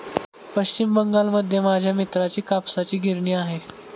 पश्चिम बंगालमध्ये माझ्या मित्राची कापसाची गिरणी आहे